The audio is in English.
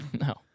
No